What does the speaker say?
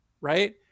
right